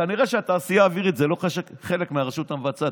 כנראה שהתעשייה האווירית היא לא חלק מהרשות המבצעת.